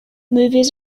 movies